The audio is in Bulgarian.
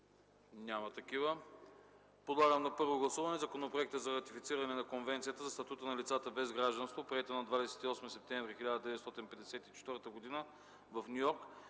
Няма такива. Подлагам на първо гласуване Законопроект за ратифициране на Конвенцията за статута на лицата без гражданство, приета на 28 септември 1954 г. в Ню Йорк,